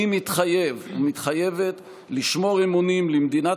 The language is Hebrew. אני מתחייב או מתחייבת לשמור אמונים למדינת